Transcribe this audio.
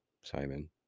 Simon